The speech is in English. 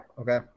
okay